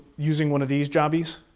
using one of these jobbies,